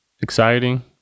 exciting